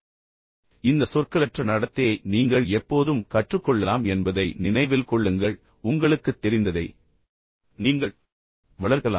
எனவே இந்த சொற்களற்ற நடத்தையை நீங்கள் எப்போதும் கற்றுக்கொள்ளலாம் என்பதை நினைவில் கொள்ளுங்கள் உங்களுக்குத் தெரிந்ததை நீங்கள் வளர்க்கலாம்